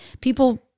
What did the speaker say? people